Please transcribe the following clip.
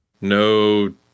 No